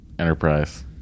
enterprise